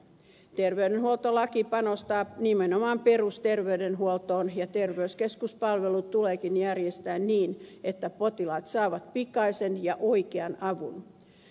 terveydenhuoltolaki panostaa nimenomaan perusterveydenhuoltoon ja terveyskeskuspalvelut tuleekin järjestää niin että potilaat saavat pikaisen ja oikean avun